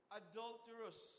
adulterous